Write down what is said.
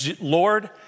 Lord